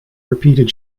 repeated